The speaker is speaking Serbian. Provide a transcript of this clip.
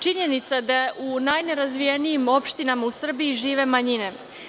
Činjenica je da u najnerazvijenijim opštinama u Srbiji žive manjine.